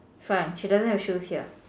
fine she doesn't have shoes here